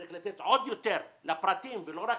צריך לתת עוד יותר לפרטים ולא רק